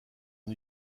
son